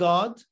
God